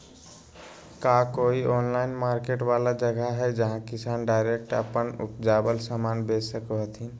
का कोई online market वाला जगह हइ जहां किसान डायरेक्ट अप्पन उपजावल समान बेच सको हथीन?